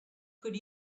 could